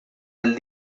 del